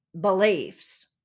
beliefs